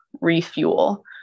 refuel